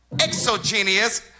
Exogenous